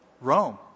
Rome